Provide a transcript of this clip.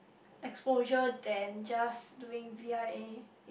exposure than just doing V_I_A